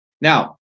Now